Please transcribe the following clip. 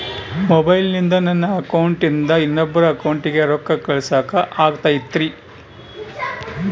ಮೊಬೈಲಿಂದ ನನ್ನ ಅಕೌಂಟಿಂದ ಇನ್ನೊಬ್ಬರ ಅಕೌಂಟಿಗೆ ರೊಕ್ಕ ಕಳಸಾಕ ಆಗ್ತೈತ್ರಿ?